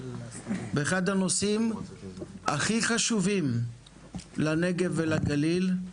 באחד הנושאים הכי חשובים לנגב והגליל,